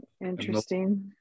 Interesting